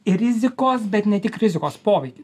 ir rizikos bet ne tik rizikos poveikį